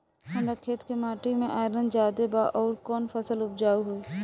हमरा खेत के माटी मे आयरन जादे बा आउर कौन फसल उपजाऊ होइ?